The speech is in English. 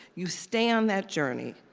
you stay on that journey,